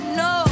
no